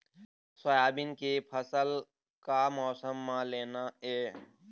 Soybean के फसल का मौसम म लेना ये?